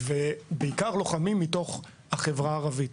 בעיקר לוחמים מתוך החברה הערבית.